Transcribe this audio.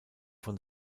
von